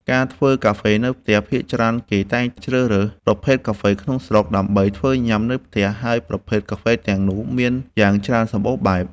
ការធ្វើកាហ្វេនៅផ្ទះ ភាគច្រើនគេតែងជ្រើសរើសប្រភេទកាហ្វេក្នុងស្រុក ដើម្បីធ្វើញ៉ាំនៅផ្ទះ ហើយប្រភេទកាហ្វេទាំងនោះមានយ៉ាងច្រើនសម្បូរបែប។